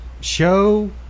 Show